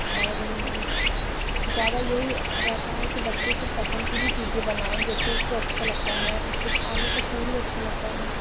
और ज़्यादा यही रहता है कि बच्चे को पसंद की ही चीज़ें बनाएँ जिससे उसको अच्छा लगता है उसके आलू का पूरी अच्छा लगता है